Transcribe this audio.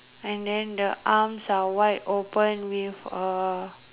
and then the arms are wide open with a